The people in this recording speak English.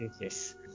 yes